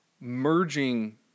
merging